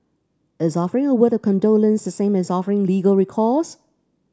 is offering a word of condolence the same as offering legal recourse